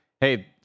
hey